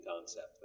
concept